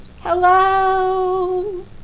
Hello